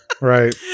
Right